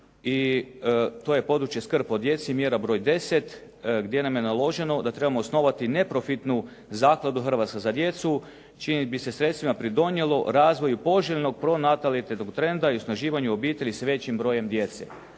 i to je područje skrb o djeci, mjera broj 10. gdje nam je naloženo da trebamo osnovati neprofitnu zakladu “Hrvatska za djecu“ čijim bi se sredstvima pridonijelo razvoju poželjnog pronatalitetnog trenda i osnaživanju obitelji s većim brojem djece.